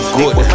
good